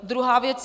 Druhá věc.